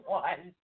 one